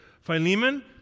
Philemon